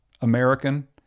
American